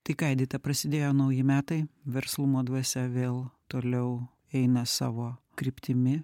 tai ką edita prasidėjo nauji metai verslumo dvasia vėl toliau eina savo kryptimi